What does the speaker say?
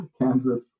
Kansas